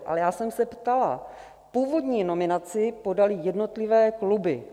Ale já jsem se ptala: původní nominaci podaly jednotlivé kluby.